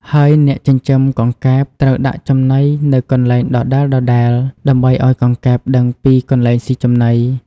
ហើយអ្នកចិញ្ចឹមកង្កែបត្រូវដាក់ចំណីនៅកន្លែងដដែលៗ ដើម្បីឲ្យកង្កែបដឹងពីកន្លែងស៊ីចំណី។